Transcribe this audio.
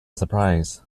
surprise